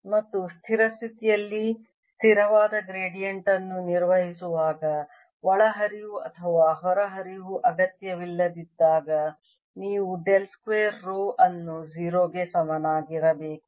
ಮತ್ತು ಸ್ಥಿರ ಸ್ಥಿತಿಯಲ್ಲಿ ಸ್ಥಿರವಾದ ಗ್ರೇಡಿಯಂಟ್ ಅನ್ನು ನಿರ್ವಹಿಸುವಾಗ ಒಳಹರಿವು ಅಥವಾ ಹೊರಹರಿವು ಅಗತ್ಯವಿಲ್ಲದಿದ್ದಾಗ ನೀವು ಡೆಲ್ ಸ್ಕ್ವೇರ್ ರೋ ಅನ್ನು 0 ಗೆ ಸಮನಾಗಿರಬೇಕು